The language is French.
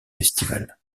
festivals